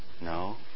No